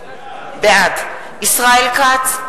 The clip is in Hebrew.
בעד ישראל כץ,